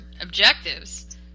objectives